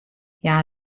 hja